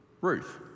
Ruth